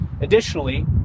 Additionally